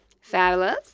fabulous